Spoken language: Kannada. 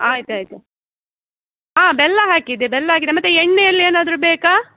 ಆಯ್ತು ಆಯ್ತು ಹಾಂ ಬೆಲ್ಲ ಹಾಕಿದೆ ಬೆಲ್ಲ ಹಾಕಿದೆ ಮತ್ತೆ ಎಣ್ಣೆಯಲ್ಲಿ ಏನಾದರು ಬೇಕೆ